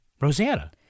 Rosanna